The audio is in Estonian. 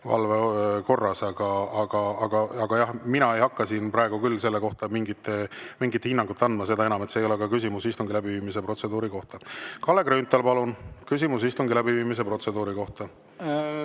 järelevalve korras. Jah, mina ei hakka siin praegu küll selle kohta mingit hinnangut andma, seda enam, et see ei ole küsimus istungi läbiviimise protseduuri kohta. Kalle Grünthal, palun, küsimus istungi läbiviimise protseduuri kohta!